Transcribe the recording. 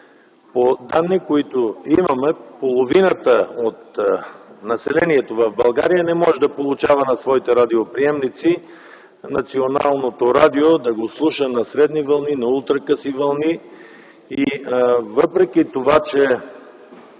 По данни, които имаме, половината от населението в България не може да слуша на своите радиоприемници националното радио на средни и ултракъси вълни, въпреки че